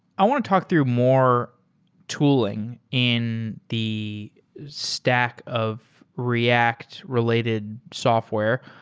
i want to talk through more tooling in the stack of react-related software.